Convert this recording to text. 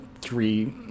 three